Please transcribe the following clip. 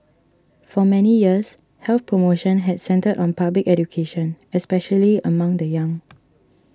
for many years health promotion had centred on public education especially among the young